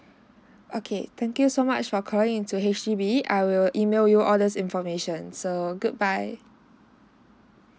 okay thank you so much for calling into H_D_B I will email you all these informations so good bye